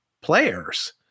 players